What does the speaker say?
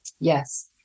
Yes